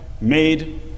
made